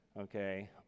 okay